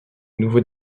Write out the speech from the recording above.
nouveau